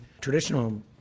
traditional